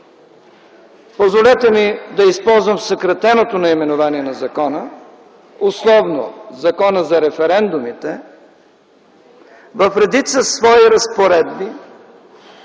позволете ми да използвам съкратеното наименование на закона, условно Законът за референдумите, в редица свои разпоредби